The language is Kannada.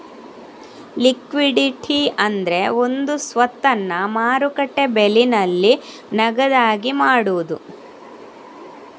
ಲಿಕ್ವಿಡಿಟಿ ಅಂದ್ರೆ ಒಂದು ಸ್ವತ್ತನ್ನ ಮಾರುಕಟ್ಟೆ ಬೆಲೆನಲ್ಲಿ ನಗದಾಗಿ ಮಾಡುದು